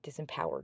disempowered